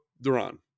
Duran